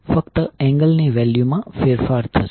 ફક્ત એંગલ ની વેલ્યુ માં ફેરફાર થશે